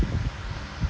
fillers